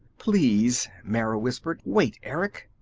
please, mara whispered. wait, erick.